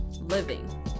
living